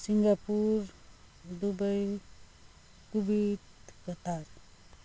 Singapore Dubai Kuwait Qatar